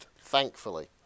thankfully